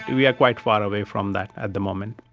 we are quite far away from that at the moment.